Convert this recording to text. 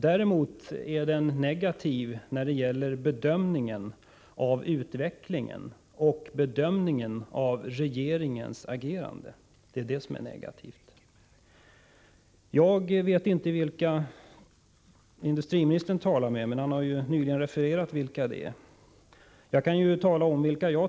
Däremot är jag negativt inställd när det gäller bedömningen av utvecklingen och av regeringens agerande. Industriministern har här refererat vilka han talar med.